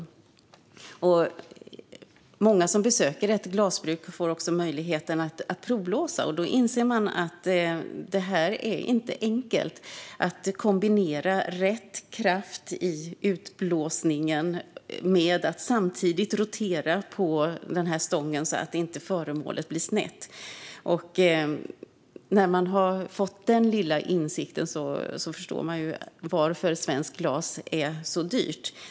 Många som besöker ett glasbruk får också möjligheten att provblåsa. Då inser man att det inte är enkelt att kombinera rätt kraft i utblåsningen med att samtidigt rotera stången så att inte föremålet blir snett. När man har fått denna lilla insikt förstår man varför svenskt glas är så dyrt.